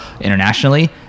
internationally